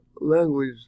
language